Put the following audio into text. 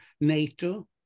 NATO